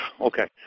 Okay